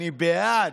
אני בעד.